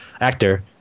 actor